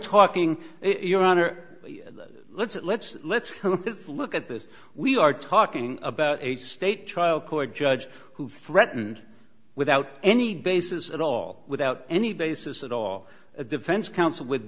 talking your honor let's let's let's look at this we are talking about eight state trial court judge who threatened without any basis at all without any basis at all a defense counsel with